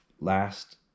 last